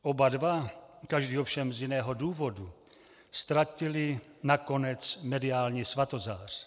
Oba dva, každý ovšem z jiného důvodu, ztratili nakonec mediální svatozář.